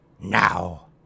now